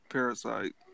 Parasite